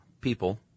people